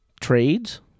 Trades